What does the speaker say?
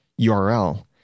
URL